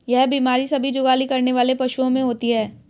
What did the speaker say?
यह बीमारी सभी जुगाली करने वाले पशुओं में होती है